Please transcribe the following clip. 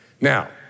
Now